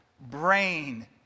brain